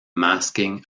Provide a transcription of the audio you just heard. masking